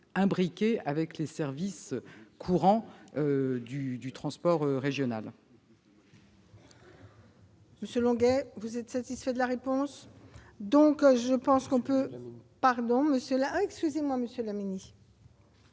imbriquées dans les services courants du transport régional.